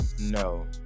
No